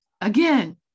again